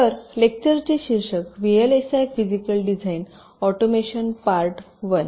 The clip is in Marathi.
तर लेक्चरचे शीर्षक VLSI physical design automation part one